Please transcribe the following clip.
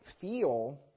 feel